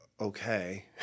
okay